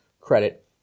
credit